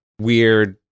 weird